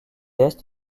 est